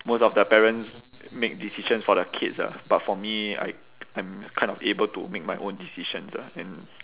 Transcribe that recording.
most of the parents make decisions for their kids ah but for me I I'm kind of able to make my own decisions ah and